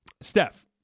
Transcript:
Steph